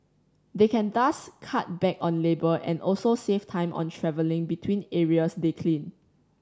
they can thus cut back on labour and also save time on travelling between areas they clean